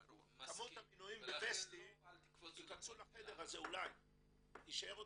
כמות המנויים בוסטי יכנסו לחדר הזה ועוד יישאר מקום.